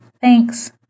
Thanks